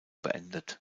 beendet